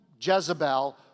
Jezebel